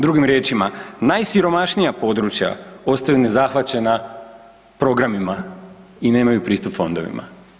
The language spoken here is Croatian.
Drugim riječima, najsiromašnija područja ostaju nezahvaćena programima i nemaju pristup fondovima.